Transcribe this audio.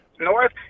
North